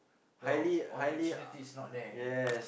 the opportunity is not there